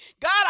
God